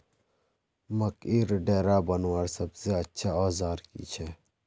मकईर डेरा बनवार सबसे अच्छा औजार की छे?